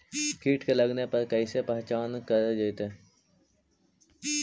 कीट के लगने पर कैसे पहचान कर जयतय?